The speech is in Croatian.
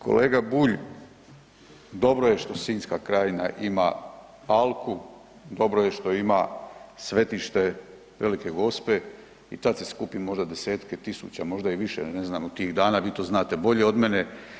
Kolega Bulj, dobro je što sinjska krajina ima alku, dobro je što ima svetište Velike Gospe i tad se skupi možda desetke tisuća, možda i više ne znam u tih dana, vi to znate bolje od mene.